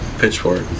pitchfork